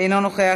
אינו נוכח,